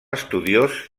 estudiós